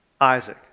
Isaac